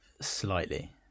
Slightly